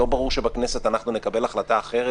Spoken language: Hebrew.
לא ברור שבכנסת אנחנו נקבל החלטה אחרת,